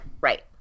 Right